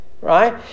Right